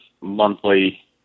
monthly